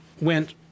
went